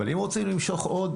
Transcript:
אם רוצים למשוך עוד,